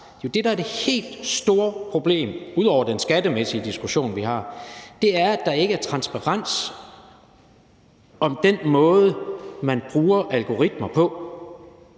transparens. Det helt store problem, ud over den skattemæssige diskussion, som vi har, er, at der ikke er transparens om den måde, man bruger algoritmerne på